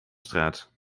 straat